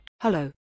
Hello